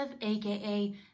aka